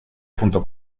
punto